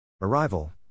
Arrival